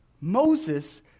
Moses